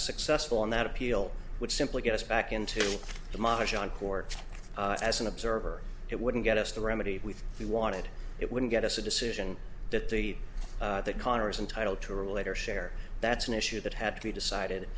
successful on that appeal would simply get us back into the march on court as an observer it wouldn't get us the remedy we we wanted it wouldn't get us a decision that the that congress entitled to or later share that's an issue that had to be decided